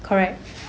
correct